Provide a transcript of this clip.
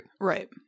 Right